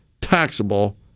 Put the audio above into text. taxable